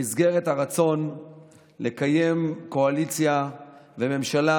במסגרת הרצון לקיים קואליציה וממשלה